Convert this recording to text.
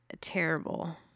terrible